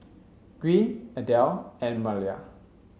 Green Adel and Malia